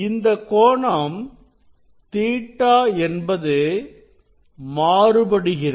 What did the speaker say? இந்த கோணம் Ɵ என்பது மாறுபடுகிறது